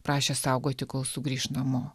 prašė saugoti kol sugrįš namo